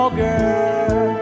girl